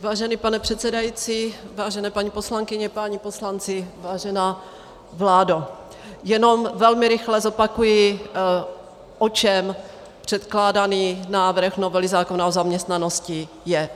Vážený pane předsedající, vážené paní poslankyně, vážení páni poslanci, vážená vládo, jenom velmi rychle zopakuji, o čem předkládaný návrh novely zákona o zaměstnanosti je.